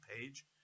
page